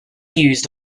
used